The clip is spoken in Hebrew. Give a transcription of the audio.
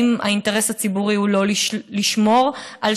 האם האינטרס הציבורי הוא לא לשמור על